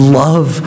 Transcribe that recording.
love